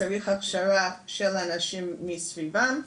צריך הכשרה של אנשים מסביבה,